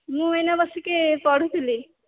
ମୁଁ ଏଇନେ ବସିକି ପଢ଼ୁଥିଲି